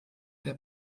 der